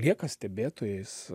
lieka stebėtojais